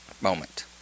moment